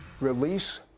release